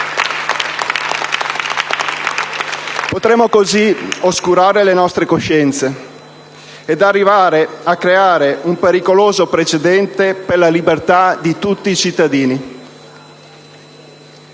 Potremmo così oscurare le nostre coscienze ed arrivare a creare un pericoloso precedente per la libertà di tutti i cittadini.